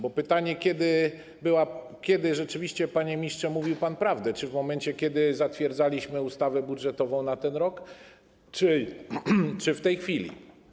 Jest pytanie, kiedy rzeczywiście, panie ministrze, mówił pan prawdę - czy w momencie kiedy zatwierdzaliśmy ustawę budżetową na ten rok, czy w tej chwili.